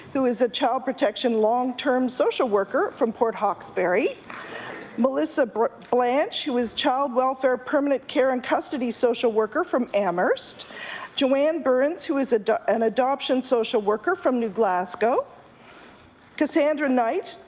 who is a child protection long-term social worker from port hawks bury melissa blanch who is child welfare permanent care and custody social worker from amhurst joanne burns who is ah an adoption social worker from new glasgow cassandra knight,